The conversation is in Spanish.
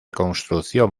construcción